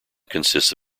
consists